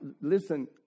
listen